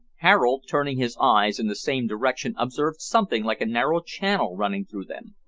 harold, turning his eyes in the same direction, observed something like a narrow channel running through them.